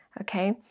okay